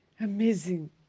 Amazing